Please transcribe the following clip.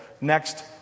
next